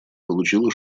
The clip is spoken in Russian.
получила